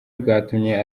bwatumye